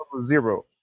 zero